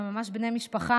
הם ממש בני משפחה,